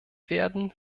werden